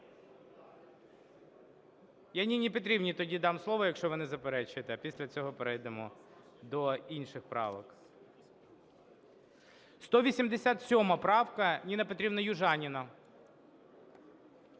Я Ніні Петрівні тоді дам слово, якщо ви не заперечуєте. Після цього перейдемо до інших правок. 187-а правка, Ніна Петрівна Южаніна.